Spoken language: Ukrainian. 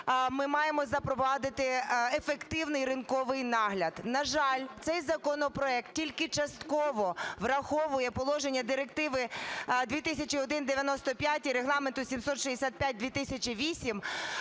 ми маємо запровадити ефективний ринковий нагляд. На жаль, цей законопроект тільки частково враховує положення Директиви 2001/95 і Регламенту 765/2008,